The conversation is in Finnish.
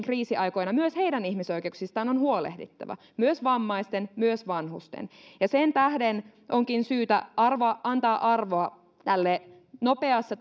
kriisiaikoina myös heidän ihmisoikeuksistaan on huolehdittava myös vammaisten myös vanhusten ja sen tähden onkin syytä antaa arvoa tälle nopeassa